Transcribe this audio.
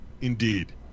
Indeed